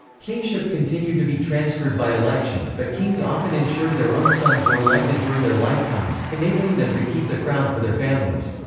kingship continued to be transferred by election, but kings often ensured their own sons were elected during their lifetimes, enabling them to keep the crown for their families.